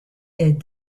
est